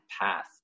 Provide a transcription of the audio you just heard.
path